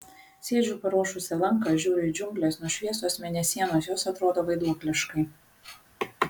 sėdžiu paruošusi lanką žiūriu į džiungles nušviestos mėnesienos jos atrodo vaiduokliškai